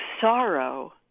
sorrow